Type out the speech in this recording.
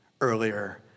earlier